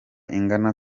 ingana